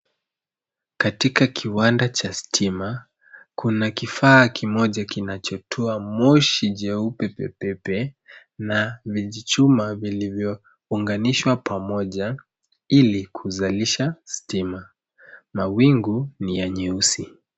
Katika kiwanda cha stima kuna kifaa kimoja kinachotoa moshi jeupe pepepe na vijichuma vilivyo unganishwa pamoja na ilikuzalisha stima mawingu ni ya nyeusi.